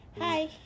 Hi